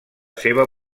seva